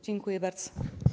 Dziękuję bardzo.